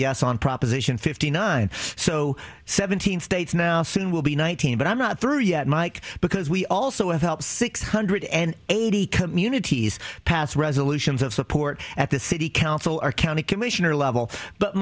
yes on proposition fifty nine so seventeen states now soon will be nineteen but i'm not through yet mike because we also have helped six hundred and eighty communities resolutions of support at the city council our county commissioner level but